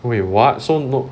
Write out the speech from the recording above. wait what so no